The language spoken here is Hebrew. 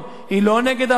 היא לא נגד אף אחד.